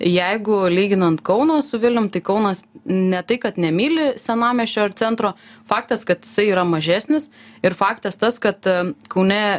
jeigu lyginant kauną su vilnium tai kaunas ne tai kad nemyli senamiesčio ar centro faktas kad jisai yra mažesnis ir faktas tas kad kaune